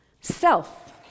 Self